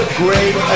great